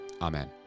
Amen